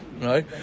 right